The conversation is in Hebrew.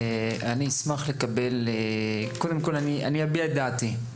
אני קודם כל אביע את דעתי.